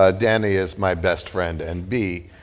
ah danny is my best friend, and, b,